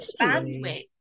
bandwidth